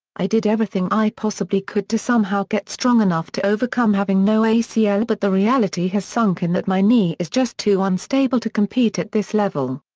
i did everything i possibly could to somehow get strong enough to overcome having no acl but the reality has sunk in that my knee is just too unstable to compete at this level.